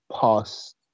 past